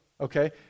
Okay